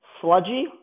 sludgy